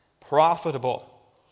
profitable